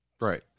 Right